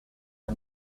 the